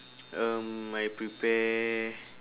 um I prepare